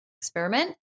experiment